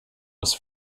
was